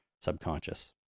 subconscious